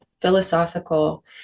philosophical